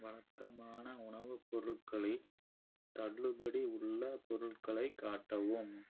வழக்கமான உணவுப் பொருட்களில் தள்ளுபடி உள்ள பொருட்களை காட்டவும்